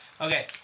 Okay